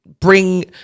bring